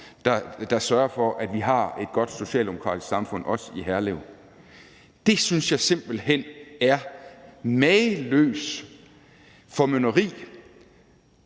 der sørger for, at vi har et godt socialdemokratisk samfund også i Herlev. Det synes jeg simpelt hen er et mageløst formynderi